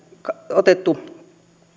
otettu